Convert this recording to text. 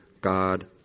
God